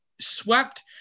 swept